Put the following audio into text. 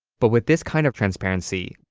but with this kind of transparency,